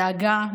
דאגה,